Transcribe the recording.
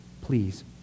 Please